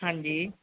ਹਾਂਜੀ